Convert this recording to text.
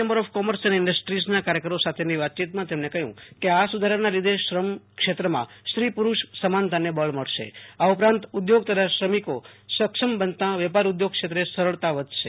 chamber of commerce and ઈન્ડસ્ટ્રીઝના કાર્યકરો સાથેની વાતચીતમાં તેમણે કહ્યું કે આ સુધારાના લીધે શ્રમ ક્ષેત્રમાં સ્ત્રી પુ ડુષ સમાનતાને બળ મળશે આ ઉપરાંત ઉદ્યોગ તથા શ્રમિકો સક્ષમ બનતા વેપાર ઉદ્યોગ ક્ષેત્રે સરળતા વધશે